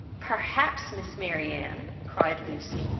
perhaps, miss marianne, cried lucy,